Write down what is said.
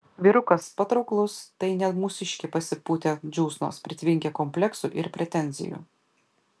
vyrukas patrauklus tai ne mūsiškiai pasipūtę džiūsnos pritvinkę kompleksų ir pretenzijų